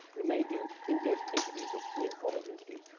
we may do in-depth interviews or key informant interviews.